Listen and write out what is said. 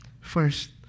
First